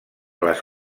les